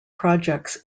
projects